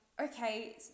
okay